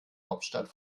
hauptstadt